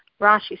Rashi